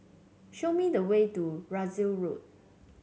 show me the way to Russel Road